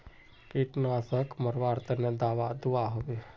कीटनाशक मरवार तने दाबा दुआहोबे?